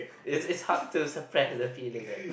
is is hard to suppress the feeling uh